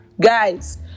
guys